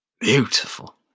beautiful